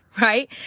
right